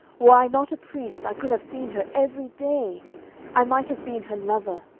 were i not a priest i could have seen her every day i might have been her lover,